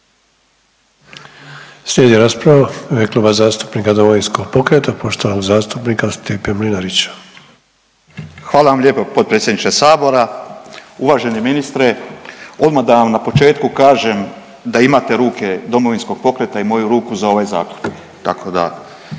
Slijedi rasprava u ime Kluba zastupnika Domovinskog pokreta poštovanog zastupnika Stipe Mlinarića. **Mlinarić, Stipo (DP)** Hvala vam lijepa potpredsjedniče sabora. Uvaženi ministre, odmah da vam na početku kažem da imate ruke Domovinskog pokreta i moju ruku za ovaj zakon tako da,